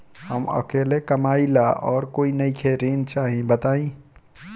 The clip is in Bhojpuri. हम अकेले कमाई ला और कोई नइखे ऋण चाही बताई?